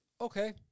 okay